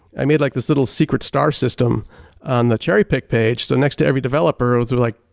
i made like this little secret star system on the cherry pick page so next to every developer was was like,